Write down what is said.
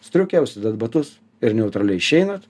striukę užsidedat batus ir neutraliai išeinat